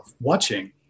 watching